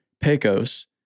Pecos